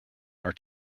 are